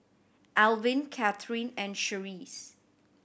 Elvin Catharine and Cherise